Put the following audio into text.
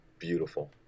beautiful